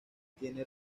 tiene